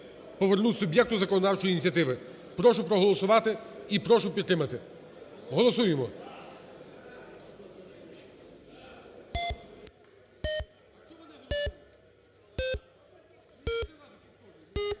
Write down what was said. повернути суб'єкту законодавчої ініціативи. Прошу проголосувати і прошу підтримати. Голосуємо.